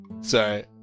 Sorry